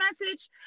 message